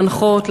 להנחות,